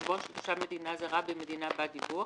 כחשבון של תושב מדינה זרה במדינה בת דיווח,